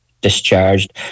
discharged